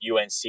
UNC